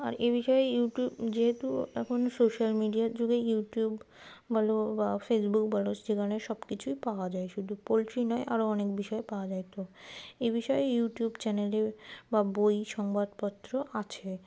আর এ বিষয়ে ইউটিউব যেহেতু এখন সোশ্যাল মিডিয়ার যুগে ইউটিউব বলো বা ফেসবুক বলো সেখানে সব কিছুই পাওয়া যায় শুধু পোলট্রি নয় আরও অনেক বিষয় পাওয়া যায় তো এ বিষয়ে ইউটিউব চ্যানেলে বা বই সংবাদপত্র আছে